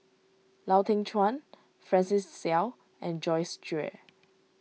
Lau Teng Chuan Francis Seow and Joyce Jue